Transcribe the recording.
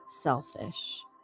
selfish